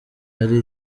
yari